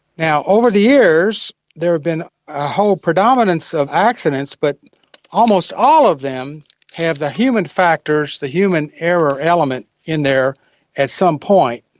over the years there have been a whole predominance of accidents, but almost all of them have the human factors, the human error element in there at some point.